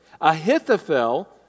Ahithophel